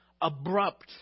abrupt